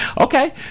Okay